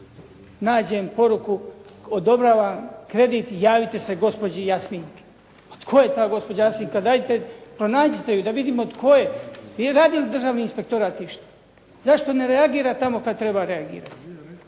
nađem poruku, "Odobravam kredit, javite se gospođi Jasminki". Pa tko je ta gospođa Jasminka, da vidimo tko je? Radi li Državni inspektorat išta? Zašto ne reagira tamo gdje treba reagirati?